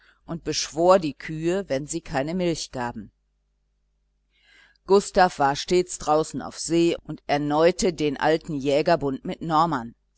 und beschwor die kühe wenn sie keine milch gaben gustav war stets draußen auf see und erneute den alten jägerbund mit norman